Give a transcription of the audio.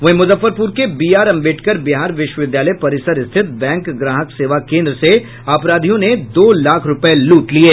वहीं मुजफ्फरपुर के B R Ambedkar Bihar विश्वविद्यालय परिसर स्थित बैंक ग्राहक सेवा केन्द्र से अपराधियों ने दो लाख रूपये लूट लिये